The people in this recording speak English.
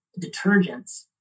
detergents